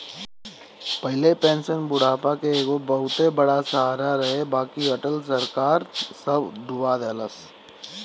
पहिले पेंशन बुढ़ापा के एगो बहुते बड़ सहारा रहे बाकि अटल सरकार सब डूबा देहलस